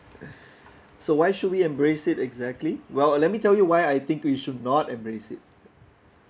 so why should we embrace it exactly well let me tell you why I think you should not embrace it